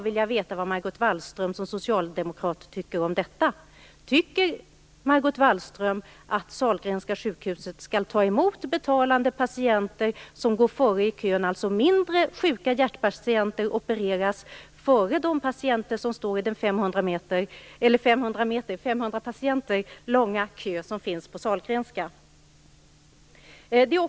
Wallström att Sahlgrenska sjukhuset skall ta emot betalande patienter som går före i kön, dvs. mindre sjuka hjärtpatienter opereras före de patienter som står i den 500 patienter långa kö som finns på Sahlgrenska?